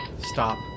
stop